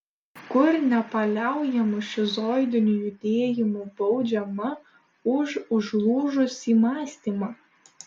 kur nepaliaujamu šizoidiniu judėjimu baudžiama už užlūžusį mąstymą